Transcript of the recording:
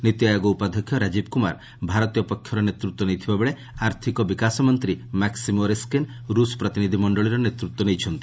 ନୀତି ଆୟୋଗ ଉପାଧ୍ୟକ୍ଷ ରାଜୀବ କୁମାର ଭାରତୀୟ ପକ୍ଷର ନେତୃତ୍ୱ ନେଇଥିବାବେଳେ ଆର୍ଥକ ବିକାଶ ମନ୍ତ୍ରୀ ମାକ୍କିମ୍ ଓରେସ୍କିନ୍ ରଷ ପ୍ରତିନିଧ୍ ମଣ୍ଡଳିର ନେତୃତ୍ୱ ନେଇଛନ୍ତି